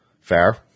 Fair